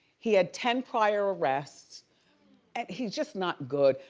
he had ten prior arrests and he's just not good.